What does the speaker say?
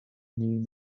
new